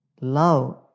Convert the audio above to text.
love